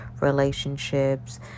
relationships